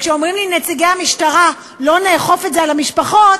כשאומרים לי נציגי המשטרה: לא נאכוף את זה על המשפחות,